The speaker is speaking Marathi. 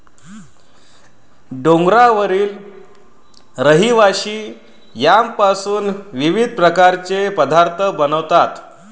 डोंगरावरील रहिवासी यामपासून विविध प्रकारचे पदार्थ बनवतात